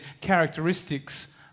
characteristics